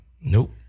Nope